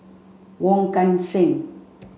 Wong Kan Seng